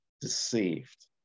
deceived